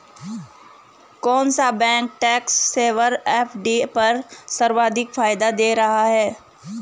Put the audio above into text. कौन सा bank tax saver FD पर सर्वाधिक फायदा दे रहा है?